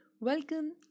Welcome